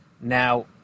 Now